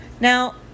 Now